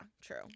true